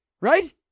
right